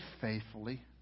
faithfully